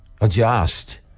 adjust